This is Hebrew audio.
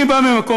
אני בא ממקום,